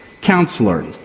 counselor